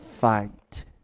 fight